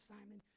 Simon